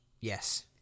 yes